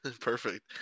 Perfect